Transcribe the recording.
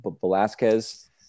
Velasquez